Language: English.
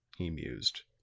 he mused,